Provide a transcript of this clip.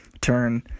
turn